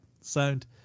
sound